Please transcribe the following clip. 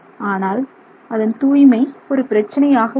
ஆனால் அதன் தூய்மை ஒரு பிரச்சினை ஆக உள்ளது